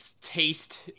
Taste